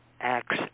acts